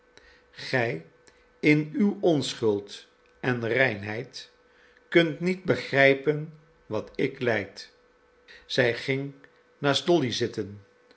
gij in uw onschuld en reinheid kunt niet begrijpen wat ik lijd zij ging naast dolly zitten